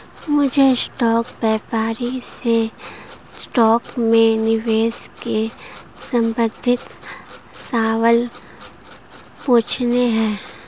मुझे स्टॉक व्यापारी से स्टॉक में निवेश के संबंधित सवाल पूछने है